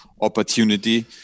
opportunity